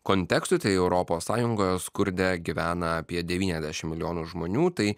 kontekstui tai europos sąjungoje skurde gyvena apie devyniasdešimt milijonų žmonių tai